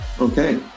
okay